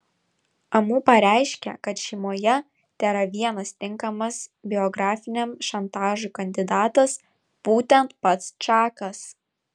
amu pareiškė kad šeimoje tėra vienas tinkamas biografiniam šantažui kandidatas būtent pats čakas